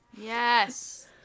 Yes